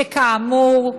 שכאמור,